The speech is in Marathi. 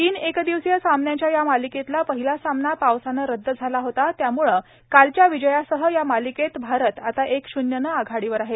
तीन एक दिवसीय सामन्यांच्या या मालिकेतला पहिला सामना पावसानं रद्द झाला होता त्याम्ळे कालच्या विजयासह या मालिकेत भारत आता एक शून्यनं आघाडीवर आहे